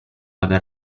aver